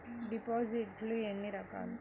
డిపాజిట్లు ఎన్ని రకాలు?